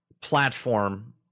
platform